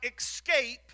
escape